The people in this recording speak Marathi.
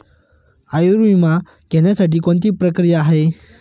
आयुर्विमा घेण्यासाठी कोणती प्रक्रिया आहे?